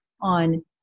on